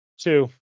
Two